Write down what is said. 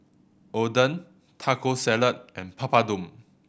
Oden Taco Salad and Papadum